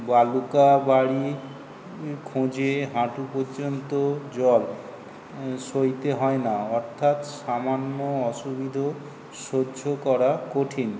বালুকা বাড়ি খোঁজে হাঁটু পর্যন্ত জল সইতে হয় না অর্থাৎ সামান্য অসুবিধেও সহ্য করা কঠিন